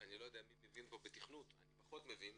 ואני לא יודע מי מבין כאן בתכנות, אני פחות מבין